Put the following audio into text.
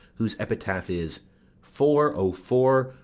whose epitaph is for, o, for,